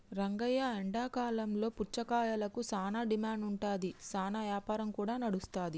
రంగయ్య ఎండాకాలంలో పుచ్చకాయలకు సానా డిమాండ్ ఉంటాది, సానా యాపారం కూడా నడుస్తాది